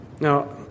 Now